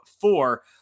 four